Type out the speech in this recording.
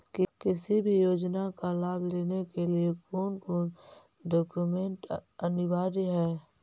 किसी भी योजना का लाभ लेने के लिए कोन कोन डॉक्यूमेंट अनिवार्य है?